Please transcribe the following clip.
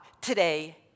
today